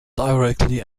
directly